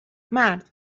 مرد